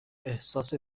احساس